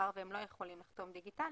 מאחר והם לא יכולים לחתום דיגיטלית,